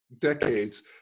decades